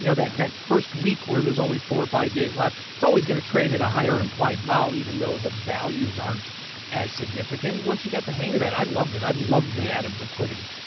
you know that that first week where there's only four or five days left, it's always going to trade at a higher implied vol, even though the values aren't as significant. once you got the hang of that, i loved it. i loved the added liquidity.